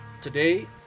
today